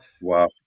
Wow